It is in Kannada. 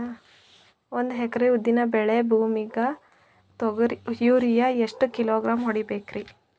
ಒಂದ್ ಎಕರಿ ಉದ್ದಿನ ಬೇಳಿ ಭೂಮಿಗ ಯೋರಿಯ ಎಷ್ಟ ಕಿಲೋಗ್ರಾಂ ಹೊಡೀಬೇಕ್ರಿ?